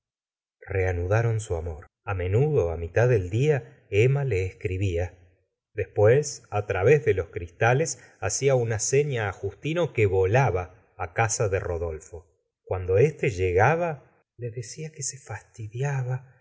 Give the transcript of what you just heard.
reanudaron su amor a menudo á mitad del día emma le escribía después á traves de los cristales hacia una seña á justino que volaba á casa de rodolfo cuando éste llegaba le decía que se fastidiaba